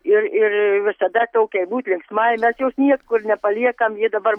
ir ir visada tokiai būt linksmai mes jos niekur nepaliekam ji dabar